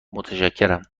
متشکرم